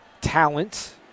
talent